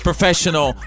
Professional